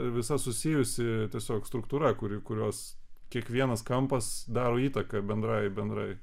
visa susijusi tiesiog struktūra kuri kurios kiekvienas kampas daro įtaką bendrai bendrai